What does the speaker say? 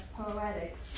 poetics